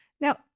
Now